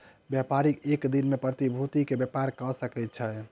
व्यापारी एक दिन में प्रतिभूति के व्यापार कय सकै छै